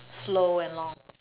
slow and long